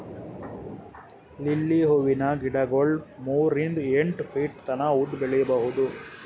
lily ಹೂವಿನ ಗಿಡಗೊಳ್ ಮೂರಿಂದ್ ಎಂಟ್ ಫೀಟ್ ತನ ಉದ್ದ್ ಬೆಳಿಬಹುದ್